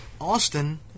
Austin